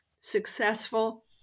successful